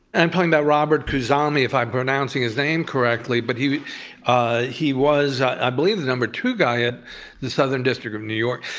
i'm talking about robert khuzami, if i'm pronouncing his name correctly, but he ah was, was, i believe, the number two guy at the southern district of new york.